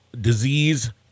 disease